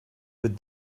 with